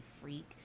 freak